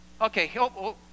Okay